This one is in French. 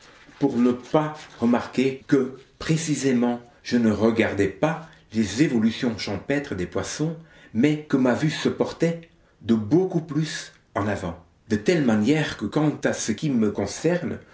pour ne pas remarquer que précisément je ne regardais pas les évolutions champêtres des poissons mais que ma vue se portait de beaucoup plus en avant de telle manière que quant à ce qui me concerne